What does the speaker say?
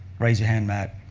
raise your hand, matt.